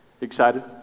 Excited